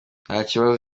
ntakibazo